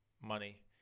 money